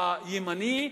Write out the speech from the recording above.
הימני,